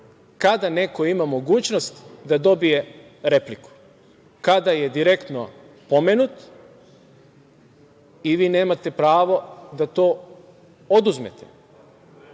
kada neko ima mogućnosti da dobije repliku – kada je direktno pomenut i vi nemate pravo da to oduzmete. Dakle,